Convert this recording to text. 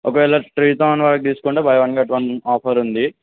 ఒకవేళ three thousand వరకు తీసుకుంటే buy one get one offer ఉంది